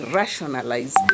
rationalize